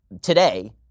today